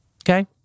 okay